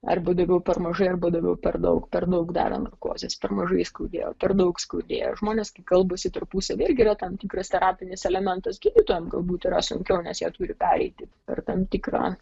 arba daviau per mažai arba daviau per daug per daug davė narkozės per mažai skaudėjo per daug skaudėjo žmonės kalbasi tarpusavyje irgi yra tam tikras terapinis elementas gydytojam galbūt yra sunkiau nes jie turi pereiti per tam tikrą